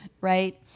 right